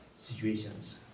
situations